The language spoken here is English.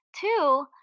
two